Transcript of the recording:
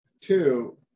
two